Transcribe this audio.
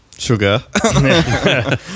Sugar